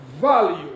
value